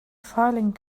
filing